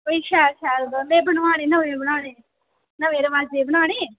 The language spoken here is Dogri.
बई शैल शैल गैह्ने बनवाने नमें बनाने नमें रबाजै दे बनाने